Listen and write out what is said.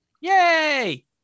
Yay